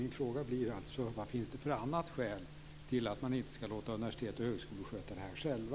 Min fråga blir: Vad finns det för annat skäl till att man inte skall låta universitet och högskolor sköta detta själva?